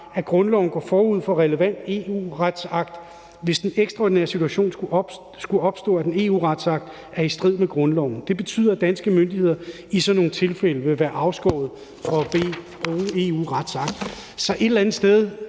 at grundloven går forud for relevant EU-retsakt, hvis den ekstraordinære situation skulle opstå, at en EU-retsakt er i strid med grundloven. Det betyder, at danske myndigheder i sådan nogle tilfælde vil være afskåret fra at bruge en EU-retsakt. Så et eller andet sted